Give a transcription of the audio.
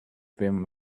been